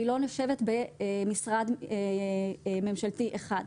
והיא לא יושבת במשרד ממשלתי אחד.